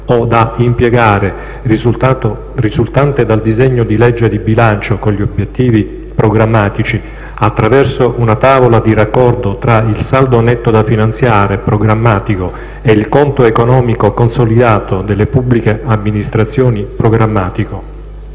o da impiegare risultante dal disegno di legge di bilancio con gli obiettivi programmatici, attraverso una tavola di raccordo tra il saldo netto da finanziare programmatico e il conto economico consolidato delle pubbliche amministrazioni programmatico;